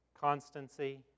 constancy